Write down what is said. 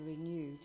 renewed